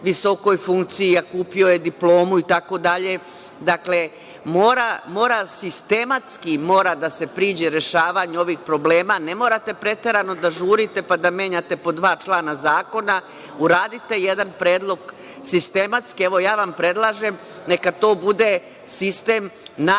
visokoj funkciji, a kupio je diplomu, itd. Dakle, sistematski mora da se priđe rešavanju ovih problema. Ne morate preterano da žurite, pa da menjate po dva člana zakona. Uradite jedan predlog sistematski. Evo, ja vam predlažem, neka to bude sistem najbliži